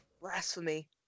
blasphemy